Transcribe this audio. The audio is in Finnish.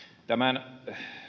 tämän